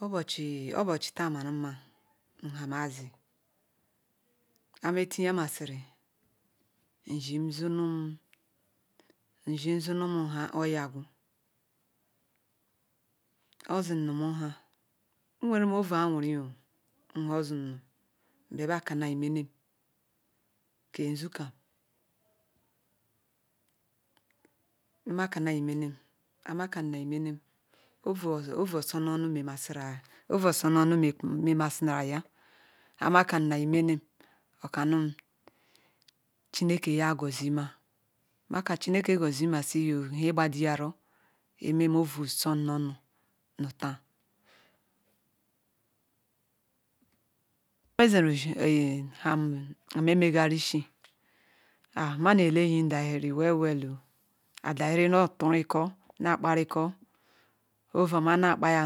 Obochi obochi la marunma nhamazi hametiamisiii nzim zunum nzim zunum nha ozunum nha nwere ouu awuri nhu hor ozunum nbia bah kana nu omenem ke-nzu kak makama imenea ah makamia nu imenem Nu oso-nonu memasira oʊu oso-nonu memasiria hamakamia Imenem okomum chineke yah Gozie mah kania Gozi mah si yoh ime ovu som noh nu nu-tah nmezene nham nham me-mega rishi ah muna ndeh enyim daziri Ne ll ituru koh na kpariko ovu oma na-kpaya